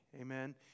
amen